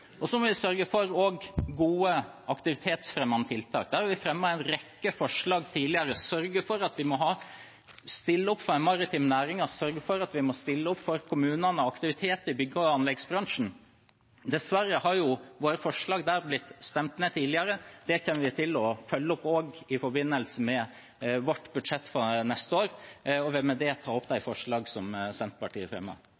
Vi må også sørge for gode aktivitetsfremmende tiltak. Der har vi fremmet en rekke forslag tidligere. Vi må sørge for å stille opp for den maritime næringen, sørge for at vi stiller opp for kommunene og for aktivitet i bygg- og anleggsbransjen. Dessverre har våre forslag der blitt stemt ned tidligere. Det kommer vi til å følge opp i forbindelse med vårt budsjett for neste år. Jeg vil med det ta opp de